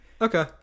okay